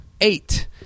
eight